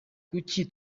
kuki